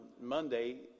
Monday